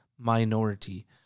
minority